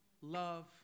love